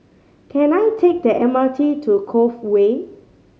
can I take the M R T to Cove Way